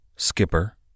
Skipper